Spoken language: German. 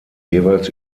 jeweils